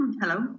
Hello